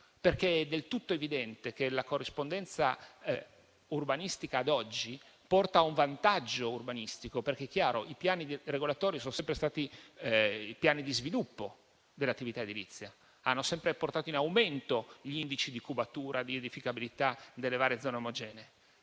È del tutto evidente che la corrispondenza urbanistica ad oggi porta a un vantaggio urbanistico. È chiaro che i piani regolatori sono sempre stati i piani di sviluppo dell'attività edilizia, hanno sempre portato in aumento gli indici di cubatura e di edificabilità delle varie zone omogenee,